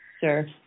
Sure